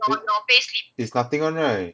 i~ is nothing [one] right